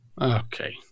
Okay